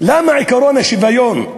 למה עקרון השוויון,